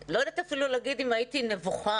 לא יודעת אפילו לומר אם הייתי נבוכה,